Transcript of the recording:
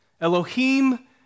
Elohim